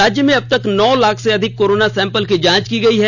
राज्य में अबतक नौ लाख से अधिक कोरोना सैंपल की जांच की गयी है